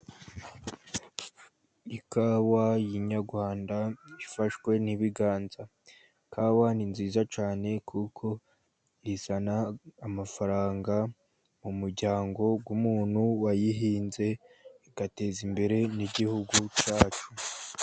Ikawa nyarwanda ifashwe n'ibiganza. Ikawa ni nziza cyane kuko izana amafaranga mu muryango w'umuntu wayihinze, igateza imbere n'Igihugu cyacu.